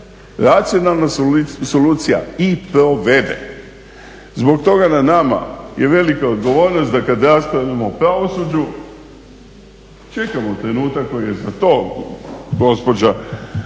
racionalno solucija i provede. Zbog toga je na nama velika odgovornost da kada raspravljamo o pravosuđu čekamo trenutak koji je za to gospođa